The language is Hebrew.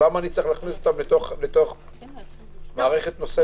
למה להכניסם למערכת נוספת?